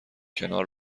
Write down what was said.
کنار